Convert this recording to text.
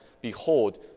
behold